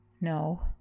No